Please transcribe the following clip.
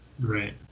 Right